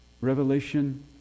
Revelation